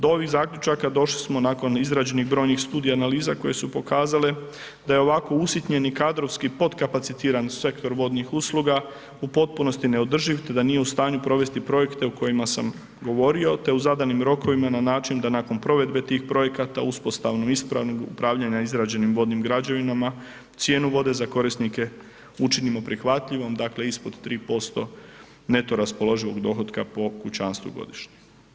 Do ovih zaključaka došli smo nakon izrađenih brojnih studija analiza koje su pokazale da je ovako usitnjeni kadrovski potkapacitiran sektor vodnih usluga u potpunosti neodrživ, te da nije u stanju provesti projekte o kojima sam govorio, te u zadanim rokovima na način da nakon provedbe tih projekata uspostavno ispravnim upravljanja izrađenim vodnim građevinama cijenu vode za korisnike učinimo prihvatljivom, dakle, ispod 3% neto raspoloživog dohotka po kućanstvu godišnje.